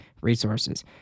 resources